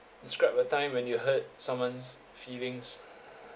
describe a time when you hurt someone's feelings